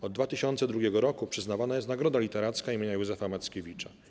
Od 2002 roku przyznawana jest Nagroda Literacka imienia Józefa Mackiewicza.